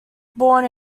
born